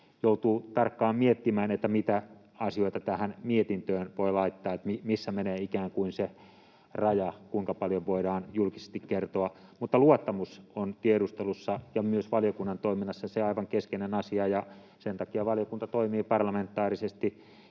joutuu tarkkaan miettimään, mitä asioita mietintöön voi laittaa ja missä menee ikään kuin se raja, kuinka paljon voidaan julkisesti kertoa. Luottamus on tiedustelussa ja myös valiokunnan toiminnassa se aivan keskeinen asia, ja sen takia valiokunta toimii parlamentaarisesti.